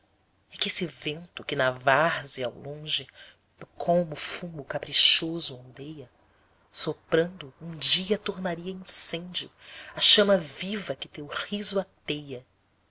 é que esse vento que na várzea ao longe do colmo o fumo caprichoso ondeia soprando um dia tornaria incêndio a chama viva que teu riso ateia